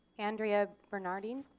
andrea bernarding.